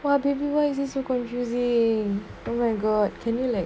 !wah! baby why is it so confusing oh my god can you like